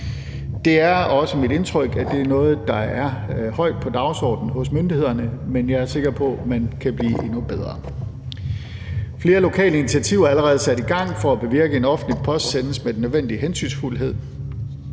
Det er også mit indtryk, at det er noget, der er højt på dagsordenen hos myndighederne, men jeg er sikker på, man kan blive endnu bedre. Flere lokale initiativer er allerede sat i gang for at bevirke, at offentlig post sendes med den nødvendige hensynsfuldhed.